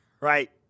Right